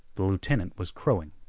the lieutenant was crowing.